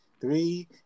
three